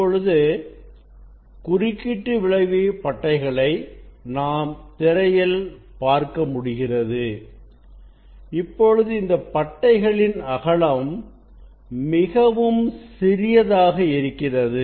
இப்பொழுது குறுக்கீட்டு விளைவு பட்டைகளை நாம் திரையில் பார்க்க முடிகிறது இப்பொழுது இந்த பட்டைகளில் அகலம் மிகவும் சிறியதாக இருக்கிறது